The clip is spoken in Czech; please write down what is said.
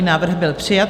Návrh byl přijat.